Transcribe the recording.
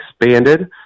expanded